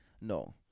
no